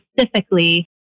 specifically